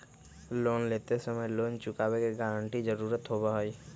loan लेते समय loan चुकावे के गारंटी के जरुरत होबा हई